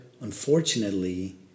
unfortunately